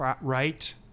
right